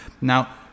Now